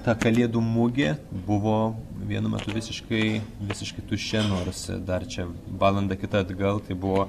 ta kalėdų mugė buvo vienu metu visiškai visiškai tuščia nors dar čia valandą kitą atgal tai buvo